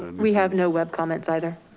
we have no web comments either.